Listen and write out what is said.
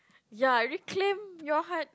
ya reclaim your heart